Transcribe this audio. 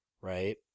Right